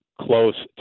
close